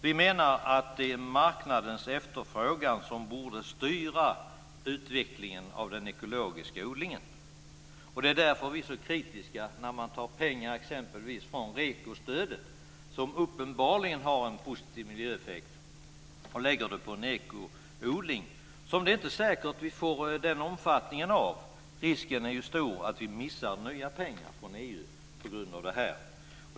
Vi menar att det är marknadens efterfrågan som borde styra utvecklingen av den ekologiska odlingen. Det är därför vi är så kritiska mot att man tar pengar exempelvis från REKO-stödet, som uppenbarligen har en positiv miljöeffekt, och lägger dem på en ekoodling som inte nödvändigtvis får samma omfattning. Risken är stor att vi missar nya pengar från EU på grund av detta.